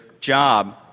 job